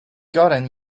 gotten